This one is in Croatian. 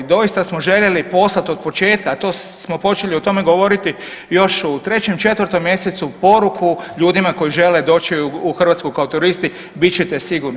Doista smo željeli poslat od početka, a to smo počeli o tome govoriti još u 3-4 mjesecu poruku ljudima koji žele doći u Hrvatsku kao turisti bit ćete sigurni.